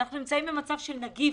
אנחנו נמצאים במצב של מגפה.